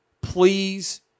please